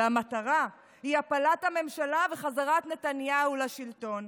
והמטרה היא הפלת הממשלה וחזרת נתניהו לשלטון.